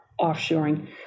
offshoring